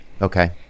Okay